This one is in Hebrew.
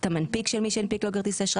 את מי שהנפיק לו אותו,